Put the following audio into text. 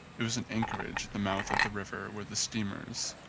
it was an anchorage at the mouth of the river where the steamers,